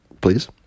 Please